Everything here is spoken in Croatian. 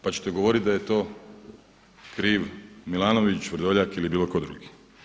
Pa ćete govoriti da je to kriv Milanović, Vrdoljak ili bilo tko drugi.